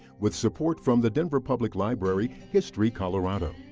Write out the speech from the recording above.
with support from the denver public library, history colorado.